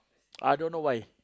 I don't why